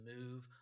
move